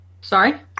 Sorry